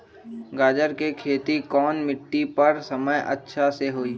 गाजर के खेती कौन मिट्टी पर समय अच्छा से होई?